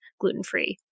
gluten-free